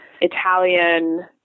Italian